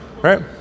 Right